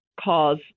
cause